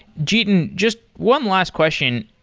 jiten, just one last question.